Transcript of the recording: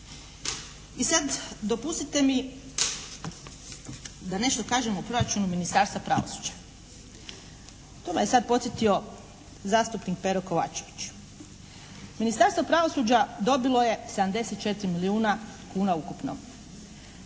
I sad dopustite mi da nešto kažem o proračunu Ministarstva pravosuđa. To me je sad podsjetio zastupnik Pero Kovačević. Ministarstvo pravosuđa dobilo je 74 milijuna kuna ukupno.